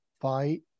fight